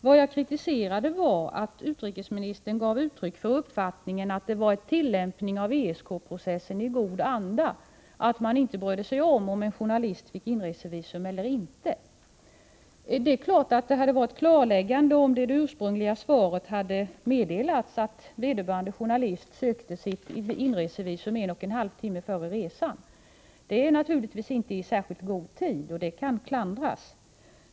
Vad jag kritiserade var att utrikesministern gav uttryck för uppfattningen att det var en tillämpning av ESK-processen i god anda att inte bry sig om huruvida en journalist fick inresevisum eller inte. Det är klart att det hade varit klarläggande, om det i det ursprungliga svaret hade meddelats att vederbörande journalist sökte sitt inresevisum en och en halv timme före avresan. Det är naturligtvis inte i särskilt god tid, och det kan klandras.